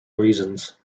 reasons